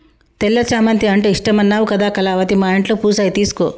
తెల్ల చామంతి అంటే ఇష్టమన్నావు కదా కళావతి మా ఇంట్లో పూసాయి తీసుకో